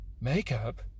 Makeup